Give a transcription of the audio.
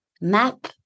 map